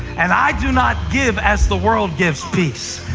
and i do not give as the world gives peace.